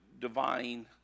divine